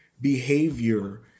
behavior